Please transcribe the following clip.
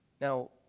Now